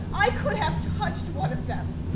i could have touched one of them.